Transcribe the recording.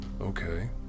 okay